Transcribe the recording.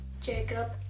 Jacob